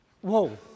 Whoa